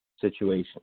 situation